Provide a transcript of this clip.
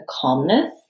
calmness